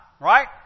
right